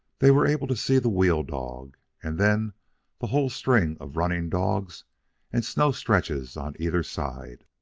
they were able to see the wheel-dog, and then the whole string of running dogs and snow-stretches on either side.